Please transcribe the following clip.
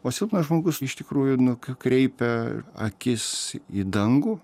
o silpnas žmogus iš tikrųjų nukreipia akis į dangų